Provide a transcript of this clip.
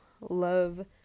love